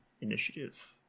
initiative